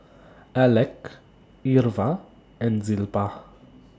Alek Irva and Zilpah